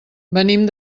venim